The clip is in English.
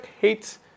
hates